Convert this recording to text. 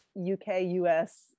UK-US